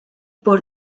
por